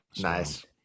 Nice